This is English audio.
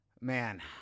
man